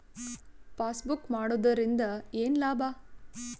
Passbook ಮಾಡುದರಿಂದ ಏನು ಲಾಭ?